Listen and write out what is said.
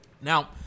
Now